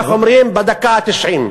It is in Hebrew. בדקה התשעים.